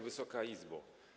Wysoka Izbo!